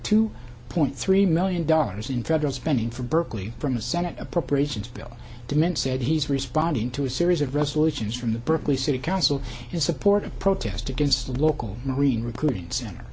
two point three million dollars in federal spending for berkeley from the senate appropriations bill de mint said he's responding to a series of resolutions from the berkeley city council his support a protest against a local marine recruiting center